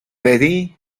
betty